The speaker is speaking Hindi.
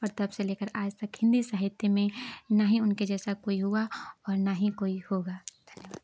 और तब से लेकर आज़ तक हिन्दी साहित्य में न ही उनके जैसा कोई हुआ और न ही कोई होगा धन्यवाद